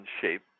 shape